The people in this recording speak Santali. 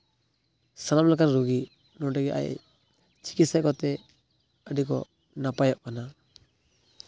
ᱥᱟᱱᱟᱢ ᱞᱮᱠᱟᱱ ᱨᱩᱜᱤ ᱱᱚᱸᱰᱮᱜᱮ ᱟᱡ ᱪᱤᱠᱤᱛᱥᱟ ᱠᱟᱛᱮ ᱟᱹᱰᱤᱠᱚ ᱱᱟᱯᱟᱭᱚᱜ ᱠᱟᱱᱟ